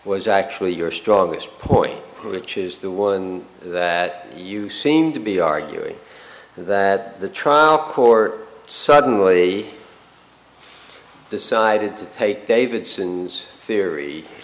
was actually your strongest point which is the one that you seem to be arguing that the trial court suddenly decided to take davidson's theory